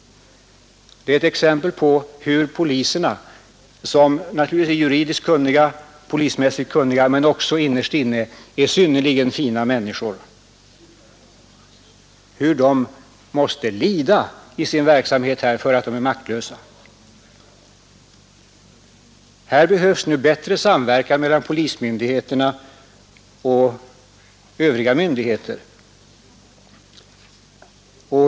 Det är ett exempel på hur poliserna — som naturligtvis är juridiskt och polismässigt kunniga men också innerst inne synnerligen fina människor — måste lida i sin verksamhet, eftersom de är maktlösa. Här behövs bättre samverkan mellan polismyndigheterna och övriga myndigheter.